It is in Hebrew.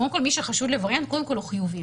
מי שחשוד בווריאנט, קודם כל הוא חיובי.